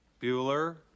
bueller